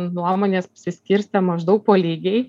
nuomonės pasiskirstė maždaug po lygiai